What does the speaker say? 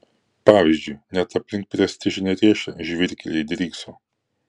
pavyzdžiui net aplink prestižinę riešę žvyrkeliai drykso